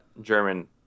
German